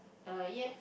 uh ya